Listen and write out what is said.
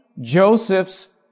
Joseph's